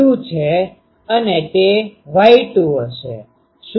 શું હું આ લખી શકું